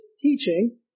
teaching